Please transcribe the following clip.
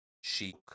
chic